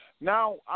Now